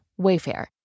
Wayfair